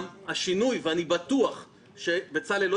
אני בטוח שבצלאל,